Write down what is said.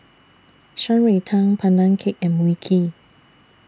Shan Rui Tang Pandan Cake and Mui Kee